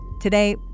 Today